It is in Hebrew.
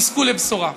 יזכו לבשורה.